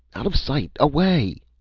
out of sight! away!